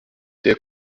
der